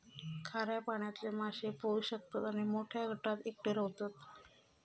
खाऱ्या पाण्यातले मासे पोहू शकतत आणि मोठ्या गटात एकटे रव्हतत